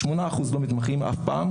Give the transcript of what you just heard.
8% לא מתמחים אף פעם.